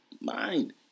mind